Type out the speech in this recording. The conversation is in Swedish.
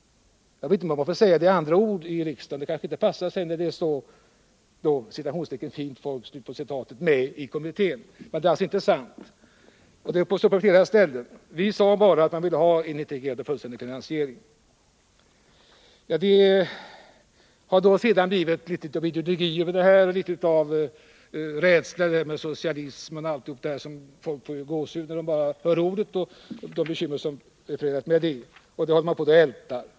Jag vet inte om jag får säga det med andra ord i riksdagen — det kanske inte passar sig när det var så ”fint” folk med i utredningen. Men det är alltså inte sant. Det står på flera ställen. Vi sade bara att man vill ha en integrerad och fullständig finansiering. Det har sedan blivit litet av ideologi över det hela, litet av rädsla för socialism — folk får ju gåshud när de bara hör ordet — och de bekymmer som är förenade därmed. Det håller man på och ältar.